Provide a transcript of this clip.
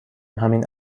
همین